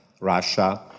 Russia